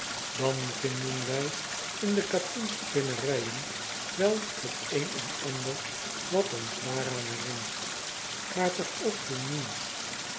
dan vinden wij in de katoenspinnerijen wel het een en ander wat ons daaraan herinnert maar toch ook veel nieuws